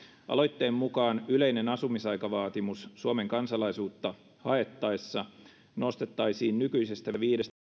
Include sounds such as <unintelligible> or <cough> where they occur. aloitteen mukaan yleinen asumisaikavaatimus suomen kansalaisuutta haettaessa nostettaisiin nykyisestä viidestä <unintelligible>